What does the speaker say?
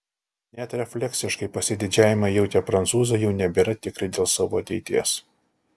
net refleksiškai pasididžiavimą jautę prancūzai jau nebėra tikri dėl savo ateities